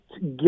get